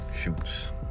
Shoots